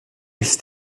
ist